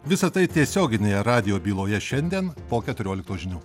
visa tai tiesioginėje radijo byloje šiandien po keturioliktos žinių